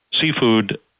seafood